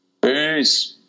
Peace